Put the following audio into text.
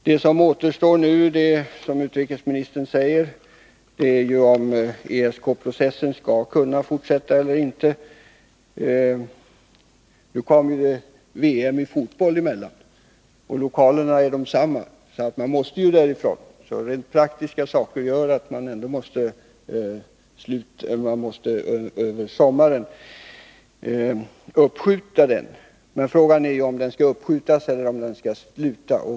Det återstår, som utrikesministern sade, att se om ESK-processen skall kunna fortsätta. Nu kommer VM i fotboll emellan — lokalerna för administrationen är desamma, så man måste därifrån. Rent praktiska saker gör alltså att man ändå måste uppskjuta en eventuell fortsättning över sommaren. Men frågan är om konferensen skall uppskjutas eller om den skall avslutas.